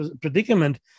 predicament